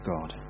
God